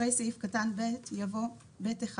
אחרי סעיף קטן ב', יבוא ב-1.